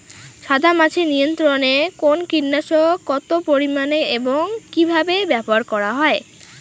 সাদামাছি নিয়ন্ত্রণে কোন কীটনাশক কত পরিমাণে এবং কীভাবে ব্যবহার করা হয়?